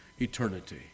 eternity